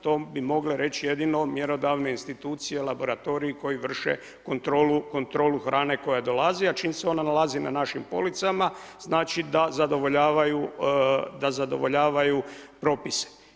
To bi mogle reći jedino mjerodavne institucije, laboratoriji koji vrše kontrolu hrane koja dolazi, ali čim se ona nalazi na našim policama znači da zadovoljavaju propise.